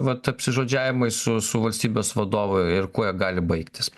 vat apsižodžiavimai su su valstybės vadovu ir kuo jie gali baigtis